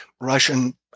Russian